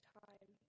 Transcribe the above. time